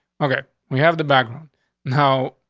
okay? we have the background now,